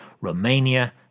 Romania